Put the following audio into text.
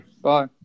Bye